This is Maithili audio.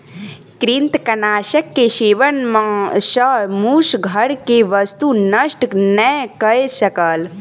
कृंतकनाशक के सेवन सॅ मूस घर के वस्तु नष्ट नै कय सकल